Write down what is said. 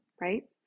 right